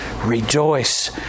rejoice